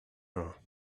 her